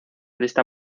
lista